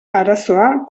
arazoa